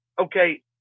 Okay